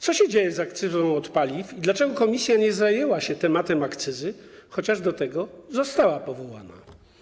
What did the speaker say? Co się dzieje z akcyzą za paliwa i dlaczego komisja nie zajęła się tematem akcyzy, chociaż do tego została powołana?